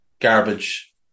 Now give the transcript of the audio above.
garbage